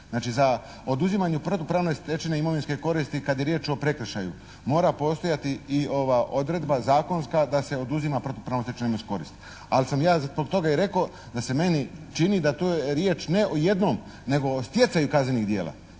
Znači za oduzimanje protupravno stečene imovinske koristi kad je riječ o prekršaju mora postojati i ova odredba zakonska da se oduzima protupravno stečena imovinska korist. Al' sam ja zbog toga i rekao da se meni čini da to je riječ ne o jednom nego o stjecaju kaznenih djela,